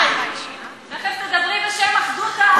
תכף תדברי בשם אחדות העם,